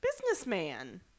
businessman